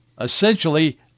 essentially